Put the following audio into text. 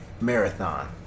marathon